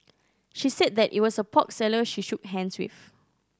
she said that it was a pork seller she shook hands with